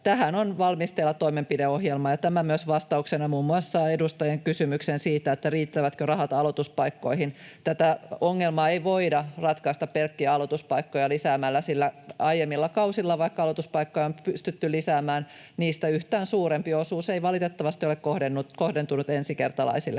Tähän on valmisteilla toimenpideohjelma, ja tämä myös vastauksena muun muassa edustajien kysymykseen siitä, riittävätkö rahat aloituspaikkoihin. Tätä ongelmaa ei voida ratkaista pelkkiä aloituspaikkoja lisäämällä, sillä aiemmilla kausilla, vaikka aloituspaikkoja on pystytty lisäämään, niistä yhtään suurempi osuus ei valitettavasti ole kohdentunut ensikertalaisille.